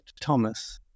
Thomas